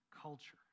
culture